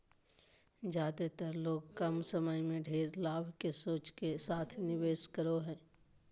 ज्यादेतर लोग कम समय में ढेर लाभ के सोच के साथ निवेश करो हइ